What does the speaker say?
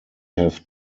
have